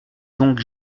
donc